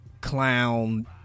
clown